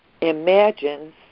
imagines